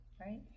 Right